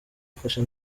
gufasha